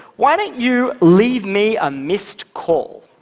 why don't you leave me a missed call?